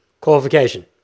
Qualification